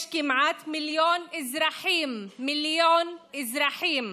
יש כמעט מיליון אזרחים, מיליון אזרחים